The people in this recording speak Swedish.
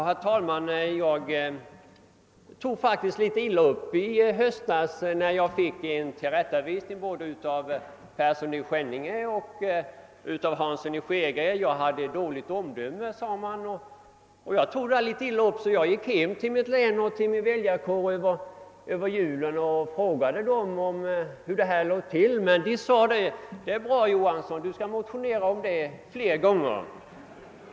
Herr talman! Jag tog faktiskt en smula illa upp när jag i höstas fick en tillrättavisning både av herr Persson i Skänninge och av herr Hansson i Skegrie. Det sades att jag hade dåligt omdöme. Jag vände mig emellertid under julen till väljarna i mitt hemlän och förhörde mig om deras uppfattning. Det besked jag fick blev ungefär följande: Det är bra, Johansson! Du skall motionera om detta flera gånger!